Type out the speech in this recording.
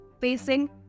facing